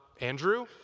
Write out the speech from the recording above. Andrew